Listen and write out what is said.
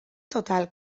total